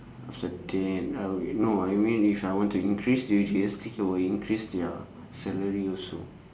after that I will no I mean if I want to increase the G_S_T I will increase their salary also